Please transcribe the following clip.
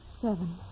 Seven